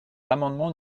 l’amendement